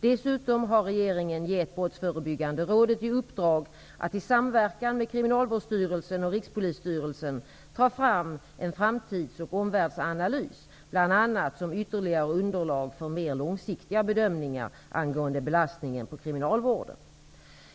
Dessutom har regeringen gett Brottsförebyggande rådet i uppdrag att i samverkan med Kriminalvårdsstyrelsen och Rikspolisstyrelsen ta fram en framtids och omvärldsanalys bl.a. som ytterligare underlag för mer långsiktiga bedömningar angående belastningen på kriminalvården.